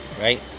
right